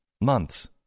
months